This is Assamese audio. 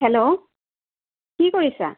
হেল্ল' কি কৰিছা